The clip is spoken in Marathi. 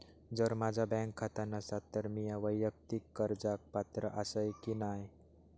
जर माझा बँक खाता नसात तर मीया वैयक्तिक कर्जाक पात्र आसय की नाय?